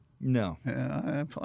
No